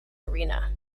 arena